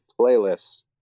playlists